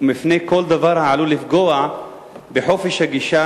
ומפני כל דבר העלול לפגוע בחופש הגישה